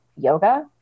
yoga